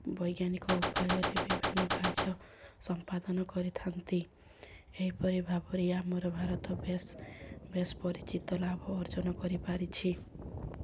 ବୈଜ୍ଞାନିକ ଉପାୟରେ ବିଭିନ୍ନ କାର୍ଯ୍ୟ ସମ୍ପାଦନ କରିଥାନ୍ତି ଏହିପରି ଭାବରେ ଆମର ଭାରତ ବେଶ ବେଶ ପରିଚିତ ଲାଭ ଅର୍ଜନ କରିପାରିଛି